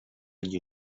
nie